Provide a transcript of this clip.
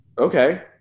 okay